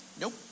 Nope